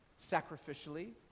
sacrificially